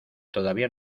todavía